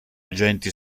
agenti